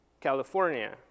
California